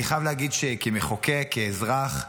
אני חייב להגיד שכמחוקק, כאזרח,